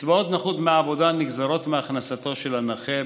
קצבאות נכות מעבודה נגזרות מהכנסתו של הנכה,